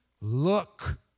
look